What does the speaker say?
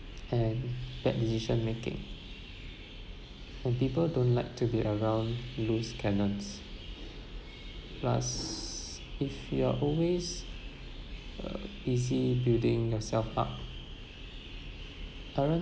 and bad decision making and people don't like to be around loose cannons plus if you're always uh busy building yourself up